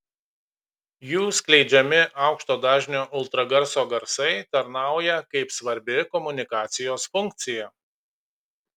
jų skleidžiami aukšto dažnio ultragarso garsai tarnauja kaip svarbi komunikacijos funkcija